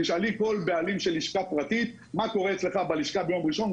תשאלי כל בעלים של לשכה פרטית: מה קורה אצלך בלשכה ביום ראשון?